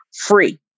free